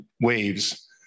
waves